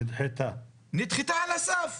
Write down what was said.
היא נדחתה על הסף.